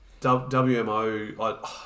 WMO